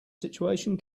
situation